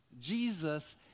Jesus